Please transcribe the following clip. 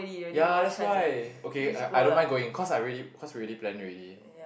ya that's why okay I I don't mind going cause I already cause already plan already